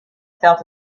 felt